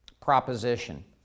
proposition